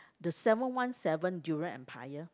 the seven one seven durian empire